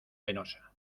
penosa